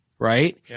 Right